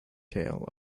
tale